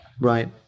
Right